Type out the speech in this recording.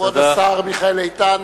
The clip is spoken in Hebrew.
כבוד השר מיכאל איתן.